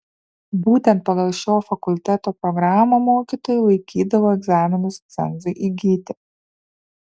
būtent pagal šio fakulteto programą mokytojai laikydavo egzaminus cenzui įgyti